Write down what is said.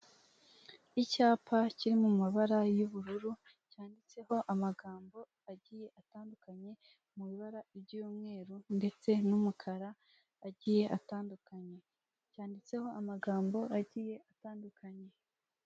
Icyapa kiri mu mabara y'ubururu cyanditseho amagambo agiye atandukanye mu ibara ry'umweru, ndetse n'umukara agiye atandukanye cyanditseho amagambo agiye atandukanye.